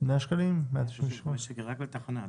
רק בתחנה.